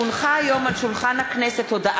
כי הונחו היום על שולחן הכנסת,